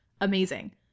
amazing